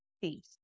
Peace